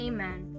Amen